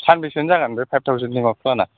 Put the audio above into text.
सानबोसेनि जागोन बे फाइभ टावजेनि प्लानआ